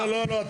לא, לא, לא.